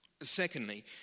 Secondly